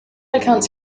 accounts